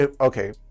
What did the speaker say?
Okay